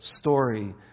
story